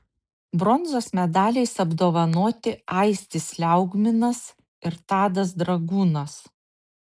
bronzos medaliais apdovanoti aistis liaugminas ir tadas dragūnas